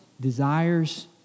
desires